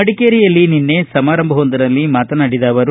ಮಡಿಕೇರಿಯಲ್ಲಿ ನಿನ್ನೆ ಸಮಾರಂಭವೊಂದರಲ್ಲಿ ಮಾತನಾಡಿದ ಅವರು